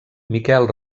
miquel